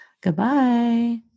Goodbye